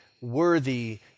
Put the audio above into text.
worthy